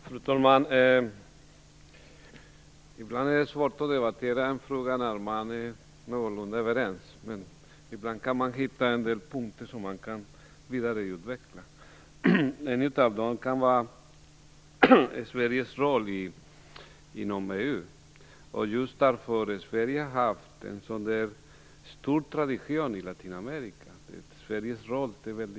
Fru talman! Ibland är det svårt att debattera en fråga när man är någorlunda överens. Men ibland kan man hitta en del punkter som man kan vidareutveckla. En av dem kan vara Sveriges roll inom EU just därför att Sverige har haft en stor tradition i Latinamerika. Sveriges roll är mycket känd.